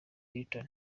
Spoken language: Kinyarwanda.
hilton